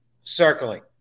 circling